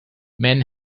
men